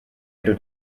into